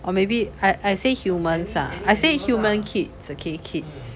or maybe I I say humans ah I say human kids okay kids